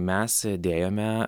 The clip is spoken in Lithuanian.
mes sėdėjome